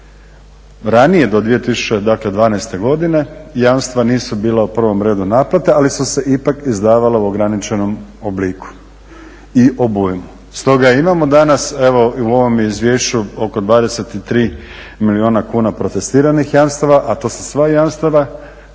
Ranije do 2012. godine jamstva nisu bila u prvom redu naplate, ali su se ipak izdavala u ograničenom obliku i obujmu. Stoga imamo danas evo i u ovome izvješću oko 23 milijuna kuna protestiranih jamstava, a to su sva jamstva